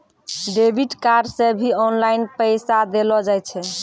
debit card से भी online पैसा देलो जाय छै